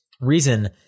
reason